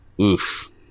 oof